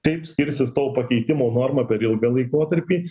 kaip skirsis to pakeitimo norma per ilgą laikotarpį